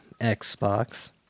Xbox